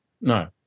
No